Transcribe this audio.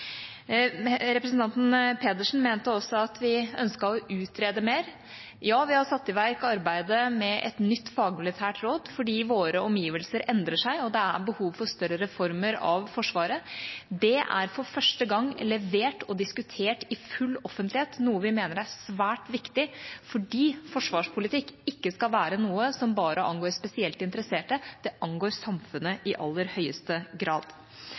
Representanten Pedersen mente også at vi ønsket å utrede mer. Ja, vi har satt i verk arbeidet med et nytt fagmilitært råd fordi våre omgivelser endrer seg, og det er behov for større reformer av Forsvaret. Det er for første gang levert og diskutert i full offentlighet, noe vi mener er svært viktig fordi forsvarspolitikk ikke skal være noe som bare angår spesielt interesserte, det angår samfunnet i aller høyeste grad.